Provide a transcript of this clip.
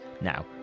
Now